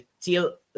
till